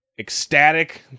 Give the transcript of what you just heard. ecstatic